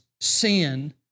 sin